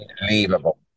Unbelievable